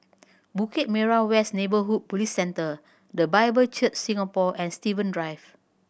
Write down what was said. Bukit Merah West Neighbourhood Police Centre The Bible Church Singapore and Steven Drive